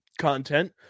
content